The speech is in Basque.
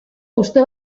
uste